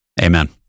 Amen